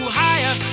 higher